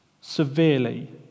Severely